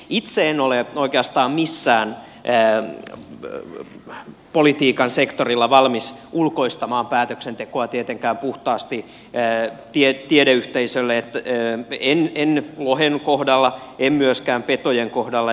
itse en ole oikeastaan millään politiikan sektorilla valmis ulkoistamaan päätöksentekoa tietenkään puhtaasti tiedeyhteisölle en lohen kohdalla en myöskään petojen kohdalla